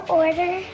order